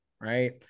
right